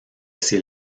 ses